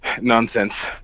nonsense